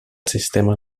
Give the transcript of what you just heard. sistema